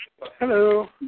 Hello